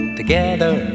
together